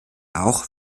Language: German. auch